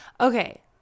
Okay